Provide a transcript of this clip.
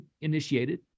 initiated